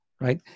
right